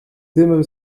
dymem